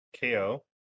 KO